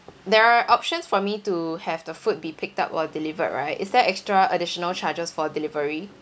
there are options for me to have the food be picked up or delivered right is there extra additional charges for delivery